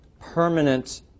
permanent